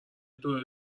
دوره